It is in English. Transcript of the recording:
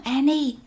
Annie